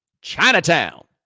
Chinatown